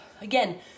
again